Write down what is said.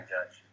Judge